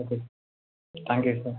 okay sir thank you sir